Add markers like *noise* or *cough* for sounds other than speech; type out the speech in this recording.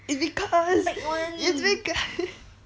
it's because *laughs* it's because *laughs*